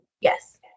Yes